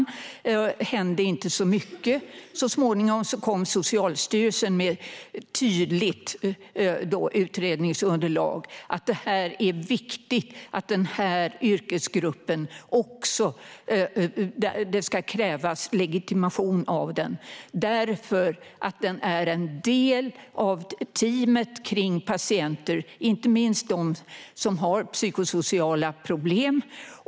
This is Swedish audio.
Det hände inte så mycket, men senare kom Socialstyrelsen med ett tydligt utredningsunderlag - att det är viktigt att legitimation krävs också för denna yrkesgrupp därför att den är en del av teamet kring patienter, inte minst dem som har psykosociala problem.